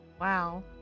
Wow